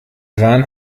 rahn